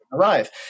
arrive